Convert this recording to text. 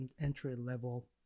entry-level